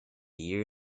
year